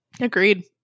agreed